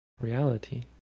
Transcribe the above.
reality